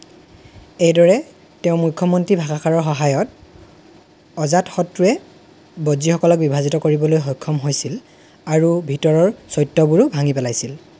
এনেদৰে তেওঁৰ মুখ্যমন্ত্ৰী ভাসাকাৰাৰ সহায়ত অজাতশত্ৰুৱে বজ্জীসকলক বিভাজিত কৰিবলৈ সক্ষম হৈছিল আৰু ভিতৰৰ চৈত্যবোৰো ভাঙি পেলাইছিল